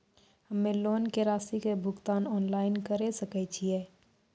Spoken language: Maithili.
हम्मे लोन के रासि के भुगतान ऑनलाइन करे सकय छियै?